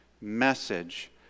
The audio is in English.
message